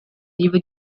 vivo